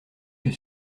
que